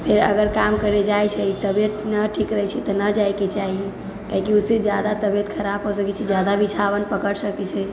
फेर अगर काम करय जाइत छै तबियत नहि ठीक रहैत छै तऽ नहि जाइके चाही काहेकि उससे ज्यादा तबियत खराब हो सकैत छै ज्यादा बिछावन पकड़ि सकैत छै